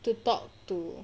to talk to